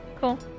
cool